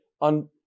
on